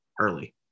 early